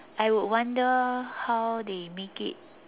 I would wonder how they make it